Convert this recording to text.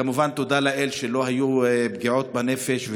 כמובן, תודה לאל שלא היו פגיעות בנפש.